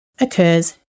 occurs